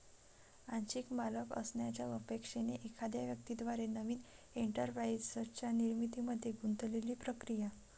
आंशिक मालक असण्याच्या अपेक्षेने एखाद्या व्यक्ती द्वारे नवीन एंटरप्राइझच्या निर्मितीमध्ये गुंतलेली प्रक्रिया